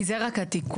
כי זה רק התיקון.